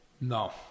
No